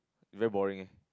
very boring eh